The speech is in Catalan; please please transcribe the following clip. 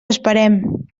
esperem